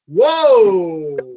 Whoa